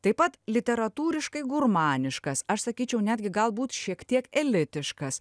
taip pat literatūriškai gurmaniškas aš sakyčiau netgi galbūt šiek tiek elitiškas